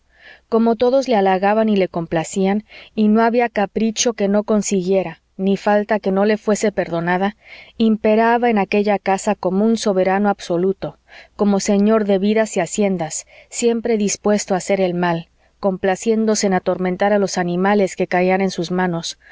como todos le halagaban y le complacían y no había capricho que no consiguiera ni falta que no le fuese perdonada imperaba en aquella casa como soberano absoluto como señor de vidas y haciendas siempre dispuesto a hacer el mal complaciéndose en atormentar a los animales que caían en sus manos